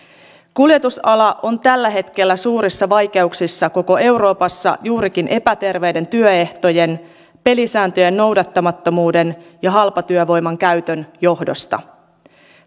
kuljetusala on tällä hetkellä suurissa vaikeuksissa koko euroopassa juurikin epäterveiden työehtojen pelisääntöjen noudattamattomuuden ja halpatyövoiman käytön johdosta